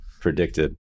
predicted